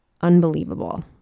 unbelievable